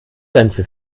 grenze